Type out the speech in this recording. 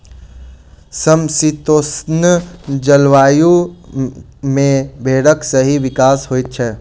समशीतोष्ण जलवायु मे भेंड़क सही विकास होइत छै